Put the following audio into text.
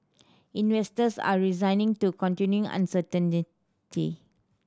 investors are resigned to continuing uncertainty